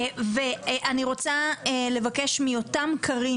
יותם ברום,